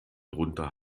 drunter